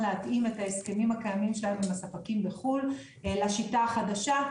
להתאים את ההסכמים הקיימים שלהם עם הספקים בחו"ל לשיטה החדשה,